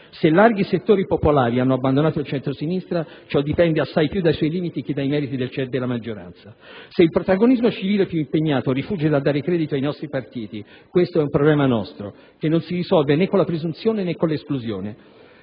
Se larghi settori popolari hanno abbandonato il centro-sinistra, ciò dipende assai più dai suoi limiti che dai meriti della maggioranza. Se il protagonismo civile più impegnato rifugge dal dare credito ai nostri partiti, questo è un problema nostro, che non si risolve né con la presunzione, né con l'esclusione.